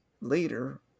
later